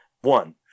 One